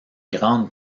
grande